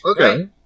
Okay